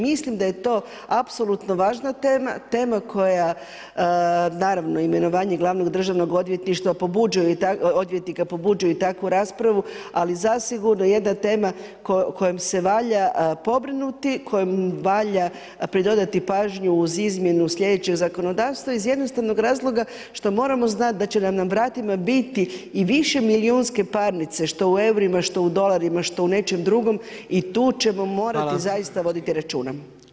Mislim da je to apsolutno važna tema, tema koja naravno, imenovanje glavnog državnog odvjetnika pobuđuje i takvu raspravu, ali zasigurno jedna tema kojom se valja pobrinuti, kojom valja pridodati pažnju uz izmjenu slijedećeg zakonodavstva iz jednostavnog razloga što moramo znati da će nam na vratima biti i više milijunske parnice, što u eurima, što u dolarima, što u nečem drugom i tu ćemo morati zaista voditi računa.